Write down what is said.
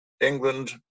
England